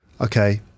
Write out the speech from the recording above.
Okay